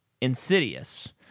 insidious